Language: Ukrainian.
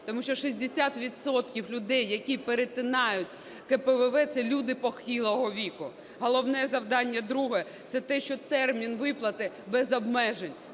відсотків людей, які перетинають КПВВ, це люди похилого віку. Головне завдання друге – це те, що термін виплати без обмежень.